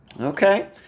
Okay